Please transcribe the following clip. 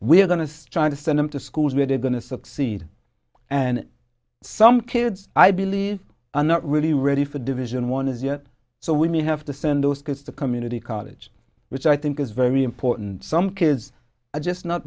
we're going to strive to send them to schools where they're going to succeed and some kids i believe are not really ready for division one as yet so we have to send those kids to community college which i think is very important some kids are just not